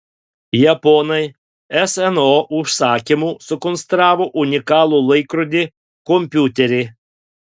japonai sno užsakymu sukonstravo unikalų laikrodį kompiuterį